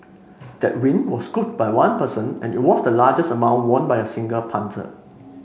that win was scooped by one person and it was the largest amount won by a single punter